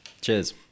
Cheers